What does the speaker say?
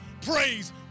praise